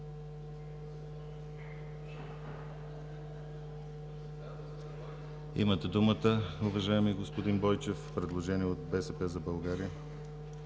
Имате думата, уважаеми господин Бойчев – предложение от БСП за България.